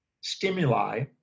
stimuli